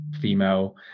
female